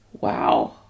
wow